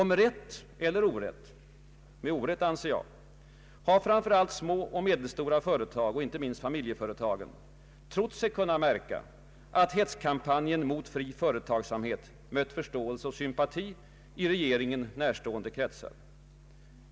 Med rätt eller orätt — med orätt hoppas jag — har framför allt små och medelstora företag, inte minst familjeföretagen, trott sig kunna märka att hetskampanjen mot fri företagsamhet mött förståelse och sympati i regeringen närstående kretsar.